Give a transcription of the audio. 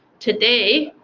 today,